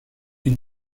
une